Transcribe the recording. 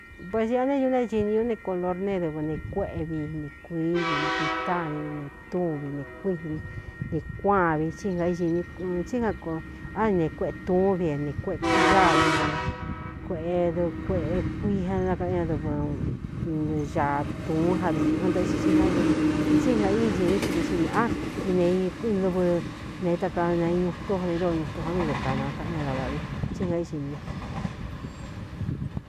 Vasiꞌa nédu naédini ñú ne kolornee dɨvɨ ne kuéꞌevi ne kuívi ne kuitání vi ne túvi ne kuíꞌvin ne kuāvin tí ngaíin ts ánine kueꞌe túún vin ne kuñávi ne kuꞌdɨɨ kueꞌekuiaakaꞌan ñadɨvɨñaa tūún javi ɨn ndaꞌxin tsíingaídīní chuvi xi nīꞌa ineīnɨvɨ ne itaka na ñu itún já vi dóo ñutun ján vii dɨɨ kāna kaꞌan ñá davaꞌvi tsí ngaíxini ñu.